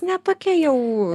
ne tokia jau